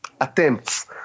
attempts